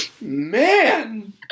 man